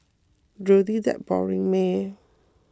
really that boring meh